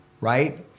right